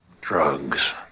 drugs